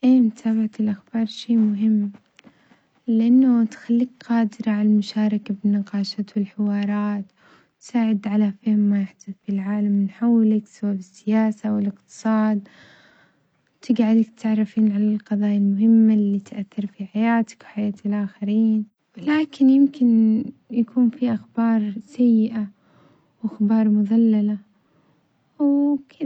إي متابعة الأخبار شي مهم لأنه تخليك قادر على المشاركة في المناقشات والحوارات، وتساعد على فهم ما يحدث بالعالم من حولك سواء بالسياسة والإقتصاد، تجعلك تتعرف على القظايا المهمة اللي تأثر في حياتك وحياة الآخرين، ولكن يمكن يكون في أخبار سيئة وأخبار مظللة وكذ.